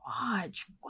watch